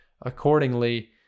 accordingly